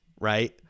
right